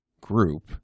group